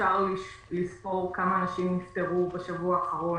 אפשר לספור כמה אנשים נפטרו בשבוע האחרון,